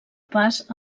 pas